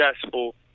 successful